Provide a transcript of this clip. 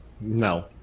No